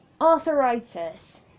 arthritis